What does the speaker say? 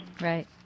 Right